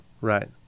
right